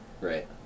Right